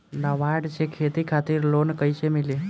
नाबार्ड से खेती खातिर लोन कइसे मिली?